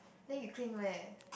then you clean where